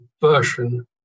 version